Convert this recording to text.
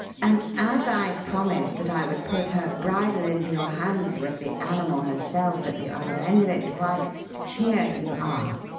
and as i promised that i would put her bridle into your hand with the animal herself at the other end of it, why here you are!